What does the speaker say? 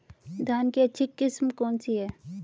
धान की अच्छी किस्म कौन सी है?